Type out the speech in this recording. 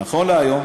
נכון להיום,